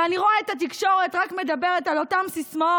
ואני רואה את התקשורת רק מדברת על אותן סיסמאות: